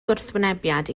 gwrthwynebiad